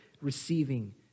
receiving